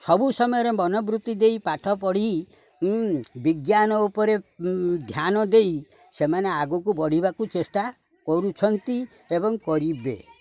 ସବୁ ସମୟରେ ମନବୃତ୍ତି ଦେଇ ପାଠ ପଢ଼ି ବିଜ୍ଞାନ ଉପରେ ଧ୍ୟାନ ଦେଇ ସେମାନେ ଆଗକୁ ବଢ଼ିବାକୁ ଚେଷ୍ଟା କରୁଛନ୍ତି ଏବଂ କରିବେ